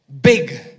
Big